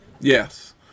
Yes